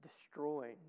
destroying